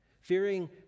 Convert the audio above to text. Fearing